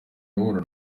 ahura